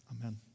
Amen